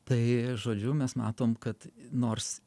tai žodžiu mes matom kad nors